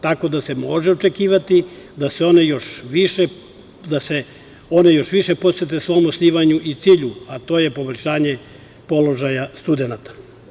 Tako da se mnogo može očekivati da se one još više posvete svom osnivanju i cilju, a to je poboljšanje položaja studenata.